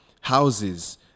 houses